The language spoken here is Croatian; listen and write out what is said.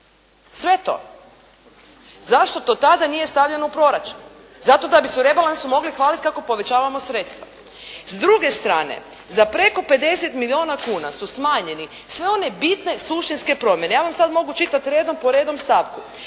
Sve to. Zašto to tada nije stavilo u proračun? Zato da bi se u rebalansu mogli hvaliti kako povećavamo sredstva. S druge strane, za preko 50 milijuna kuna su smanjene sve one bitne, suštinske promjene. Ja vam sad mogu čitati redom po redu stavku.